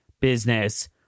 business